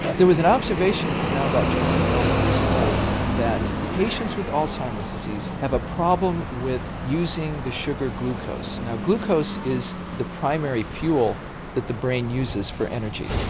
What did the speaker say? there was an observation that's now about twenty five years old that patients with alzheimer's disease have a problem with using the sugar glucose. now glucose is the primary fuel that the brain uses for energy.